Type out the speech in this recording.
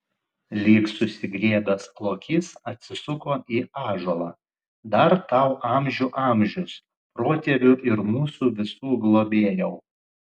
lyg susigriebęs lokys atsisuko į ąžuolą dar tau amžių amžius protėvių ir mūsų visų globėjau